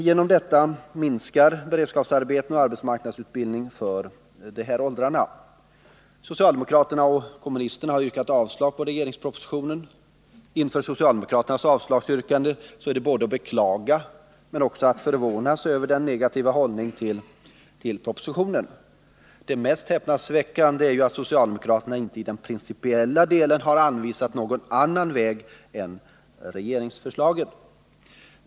Genom detta förslag minskar beredskapsarbeten och arbetsmarknadsutbildning för 16-17-åringarna. Socialdemokraterna och kommunisterna har yrkat avslag på regeringspropositionen. Inför socialdemokraternas avslagsyrkande är det både att beklaga och att förvånas över den negativa hållningen till propositionen. Det mest häpnadsväckande är ju att socialdemokraterna inte i den principiella delen har anvisat någon annan väg än regeringsförslaget.